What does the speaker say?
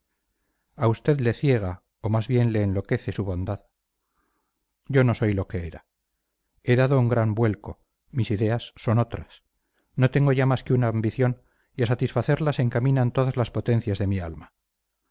a usted le ciega o más bien le enloquece su bondad yo no soy lo que era he dado un gran vuelco mis ideas son otras no tengo ya más que una ambición y a satisfacerla se encaminan todas las potencias de mi alma